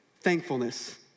Thankfulness